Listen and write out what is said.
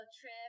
trip